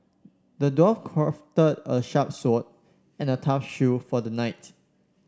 the dwarf crafted a sharp sword and a tough shield for the knight